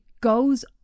goes